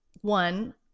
one